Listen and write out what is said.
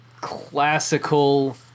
classical